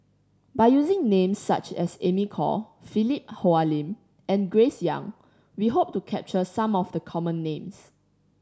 by using names such as Amy Khor Philip Hoalim and Grace Young we hope to capture some of the common names